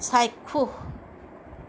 চাক্ষুষ